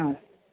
ആ